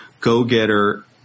go-getter